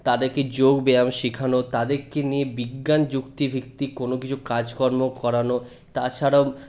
তাদেরকে যোগব্যায়াম শেখানো তাদেরকে নিয়ে বিজ্ঞান যুক্তিভিত্তিক কোনোকিছু কাজকর্ম করানো তাছাড়াও